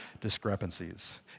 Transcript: discrepancies